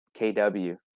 KW